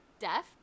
deaf